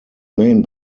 main